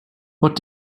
what